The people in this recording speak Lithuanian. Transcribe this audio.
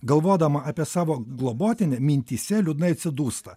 galvodama apie savo globotinę mintyse liūdnai atsidūsta